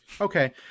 okay